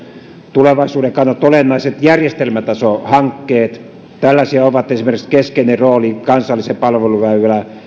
tulevaisuuden kannalta olennaiset järjestelmätason hankkeet tällaisia ovat esimerkiksi keskeinen rooli kansallinen palveluväylä